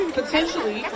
potentially